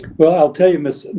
well, i'll tell you, ms.